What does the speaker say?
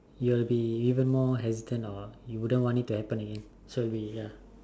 you will be even be more hesitant or you wouldn't want it to happen again